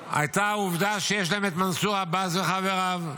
הייתה העובדה שיש להם את מנסור עבאס וחבריו.